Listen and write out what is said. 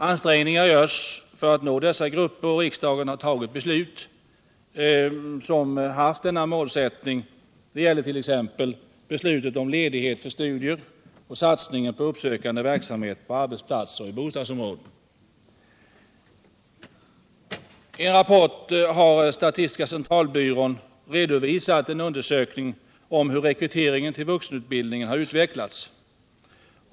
Ansträngningar görs för att nå dessa grupper, och riksdagen har fattat beslut med detta mål i sikte, t.ex. beslutet om ledighet för studier och satsningen på uppsökande verksamhet på arbetsplatser och i bostadsområden. I en rapport har statistiska centralbyrån redovisat en undersökning om hur rekryteringen till vuxenutbildningen har utvecklats.